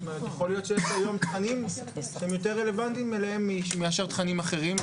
יכול להיות שיש היום תכנים שהם יותר רלוונטיים אליהם מאשר תכנים אחרים.